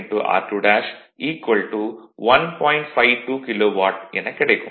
52 kilowatt எனக் கிடைக்கும்